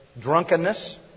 drunkenness